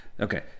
Okay